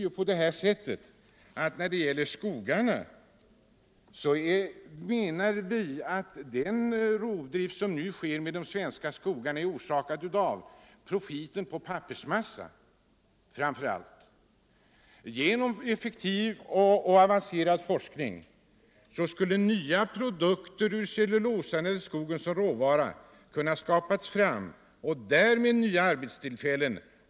Den rovdrift som nu sker med de svenska skogarna är framför allt orsakad av profiten på pappersmassa. Genom effektiv och avancerad forskning skulle nya produkter ur cellulosa och med skogen som råvara ha kunnat skapas och därmed nya arbetstillfällen.